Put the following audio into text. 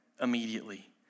immediately